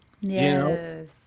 Yes